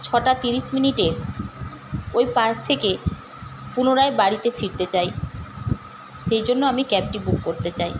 ছটা তিরিশ মিনিটে ওই পার্ক থেকে পুনরায় বাড়িতে ফিরতে চাই সেইজন্য আমি ক্যাবটি বুক করতে চাই